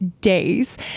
days